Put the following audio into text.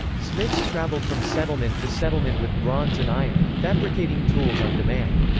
smiths travelled from settlement to settlement with bronze and iron, fabricating tools on demand.